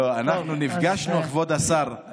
כבוד השר,